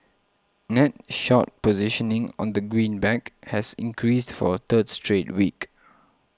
net short positioning on the greenback has increased for a third straight week